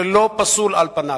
זה לא פסול, על פניו.